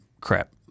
crap